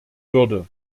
würde